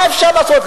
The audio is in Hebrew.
מה אפשר לעשות?